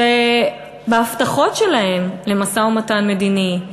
שבהבטחות שלהם למשא-ומתן מדיני,